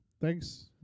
Thanks